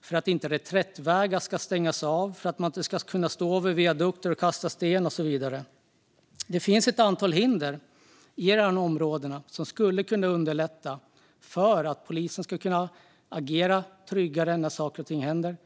för att reträttvägar inte ska stängas av och för att man inte ska kunna stå på viadukter och kasta sten. Att ta bort ett antal hinder i dessa områden skulle underlätta för polisen att agera tryggare när saker och ting händer.